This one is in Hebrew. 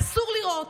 אסור לירות,